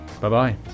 bye-bye